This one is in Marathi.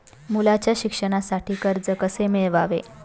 मुलाच्या शिक्षणासाठी कर्ज कसे मिळवावे?